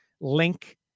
link